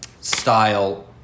style